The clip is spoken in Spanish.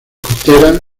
costeras